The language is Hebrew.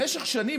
במשך שנים,